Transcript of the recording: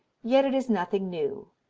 yet it is nothing new.